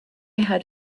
had